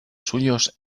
suyos